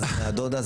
זה מהדודה,